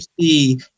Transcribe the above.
see